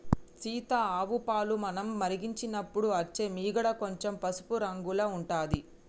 సీత ఆవు పాలు మనం మరిగించినపుడు అచ్చే మీగడ కొంచెం పసుపు రంగుల ఉంటది